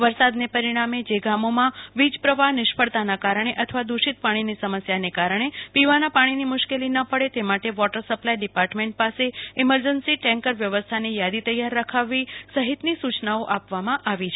વરસાદને પરિણામે જે ગામોમાં વીજપ્રવાહ નિષ્ફળતાના કારણે અથવા દુષિત પાણીની સમસ્યાના કારણે પીવાના પાણીની મુશ્કેલી ન પડે તે માટે વોટર સપ્લાય ડિપાર્ટમેન્ટ પાસે ઈમરજન્સી ટેન્કર વ્યવસ્થાની યાદી તૈયાર રખાવવા સહિતની સુચનાઓ આપવામાં આવી છે